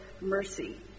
mercy